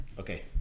Okay